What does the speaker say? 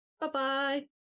Bye-bye